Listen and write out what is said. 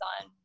on